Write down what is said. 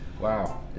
Wow